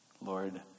Lord